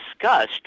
discussed